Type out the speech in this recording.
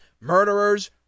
murderers